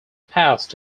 passed